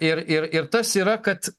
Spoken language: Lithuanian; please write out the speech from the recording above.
ir ir ir tas yra kad